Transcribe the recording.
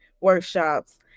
workshops